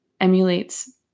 emulates